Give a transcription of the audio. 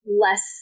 less